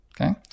Okay